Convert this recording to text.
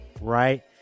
Right